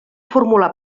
formular